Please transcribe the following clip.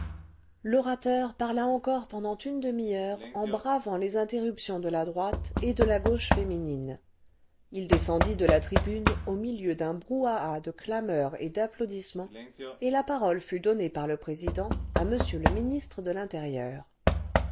l'orateur parla encore pendant une demi-heure en bravant les interruptions de la droite et de la gauche féminines r descendit de la tribune au milieu d'un brouhaha de clameurs et d'applaudissements et la parole fut donnée par le président à m le ministre de l'intérieur